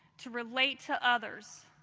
to relate to others,